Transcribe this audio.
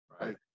Right